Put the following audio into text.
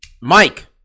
Mike